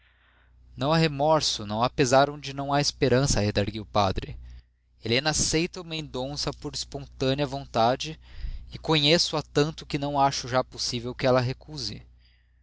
não há remorso não há pesar onde não há esperança redargüiu o padre helena aceita o mendonça por espontânea vontade e conheço-a tanto que não acho já possível que ela recuse